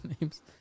name's